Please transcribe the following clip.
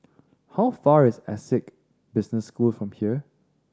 how far is Essec Business School from here